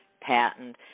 patent